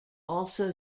also